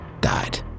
died